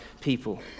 people